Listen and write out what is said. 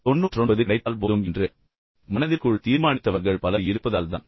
99 கிடைத்தால் போதும் என்று மனதிற்குள் தீர்மானித்தவர்கள் பலர் இருப்பதால் தான்